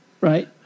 right